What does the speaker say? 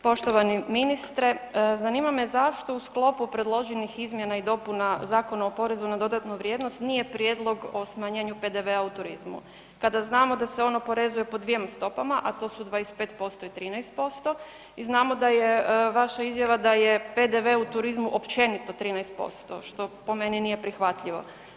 Poštovani ministre, zanima me zašto u sklopu predloženih izmjena i dopuna Zakona o porezu na dodatnu vrijednost nije prijedlog o smanjenju PDV-a u turizmu kada znamo da se on oporezuje po dvjem stopama, a to su 25% i 13% i znamo da je vaša izjava da je PDV u turizmu općenito 13%, što po meni nije prihvatljivo.